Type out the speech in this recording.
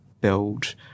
build